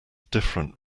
different